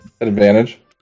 advantage